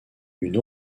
une